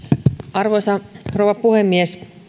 arvoisa rouva puhemies